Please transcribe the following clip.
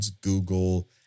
Google